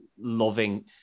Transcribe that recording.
loving